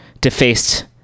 defaced